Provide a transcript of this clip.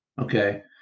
okay